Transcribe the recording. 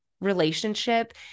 relationship